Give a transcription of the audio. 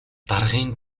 даргын